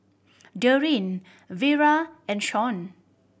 Dorine Vira and Shon